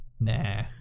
Nah